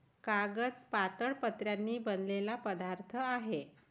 कागद पातळ पत्र्यांनी बनलेला पदार्थ आहे